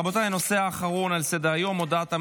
רבותיי, הנושא האחרון על סדר-היום: הודעת הממשלה,